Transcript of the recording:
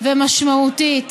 אפקטיבית ומשמעותית,